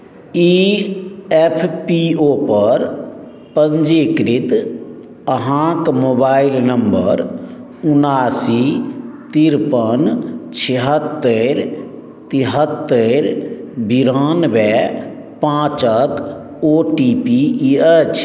ई F P O पर पञ्जीकृत अहाँक मोबाइल नम्बर उनासी तिरपन छिहत्तरि तिहत्तरि बिरनाबे पाँचक ओ टी पी ई अछि